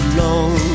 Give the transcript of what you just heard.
long